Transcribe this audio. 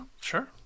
Sure